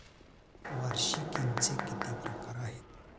वार्षिकींचे किती प्रकार आहेत?